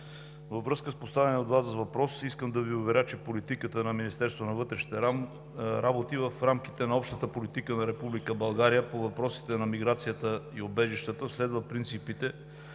Във връзка с поставения от Вас въпрос искам да Ви уверя, че политиката на Министерството на вътрешните работи в рамките на общата политика на Република България по въпросите на миграцията и убежищата следва принципите